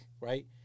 right